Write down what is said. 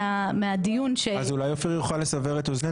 זה היה יחסית תקדימי,